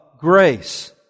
grace